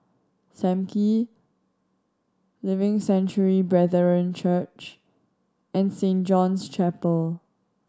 Sam Kee Living Sanctuary Brethren Church and Saint John's Chapel